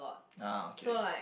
ah okay